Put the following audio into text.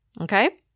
okay